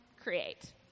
create